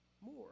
more